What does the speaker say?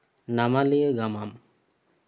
ᱱᱟᱢᱟᱞᱤᱭᱟᱹ ᱜᱟᱢᱟᱢ